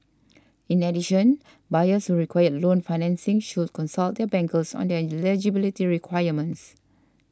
in addition buyers who require loan financing should consult their bankers on their eligibility requirements